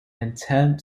attempt